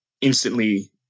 instantly